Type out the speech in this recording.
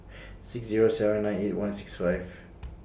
six Zero seven nine eight one six five